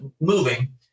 moving